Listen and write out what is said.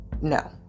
no